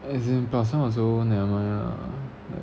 as in plus one also never mind lah